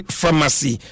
pharmacy